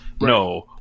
no